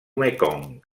mekong